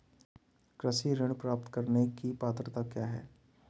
कृषि ऋण प्राप्त करने की पात्रता क्या है?